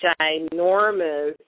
ginormous